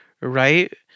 right